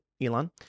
Elon